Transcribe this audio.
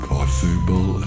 Possible